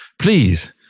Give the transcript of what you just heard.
Please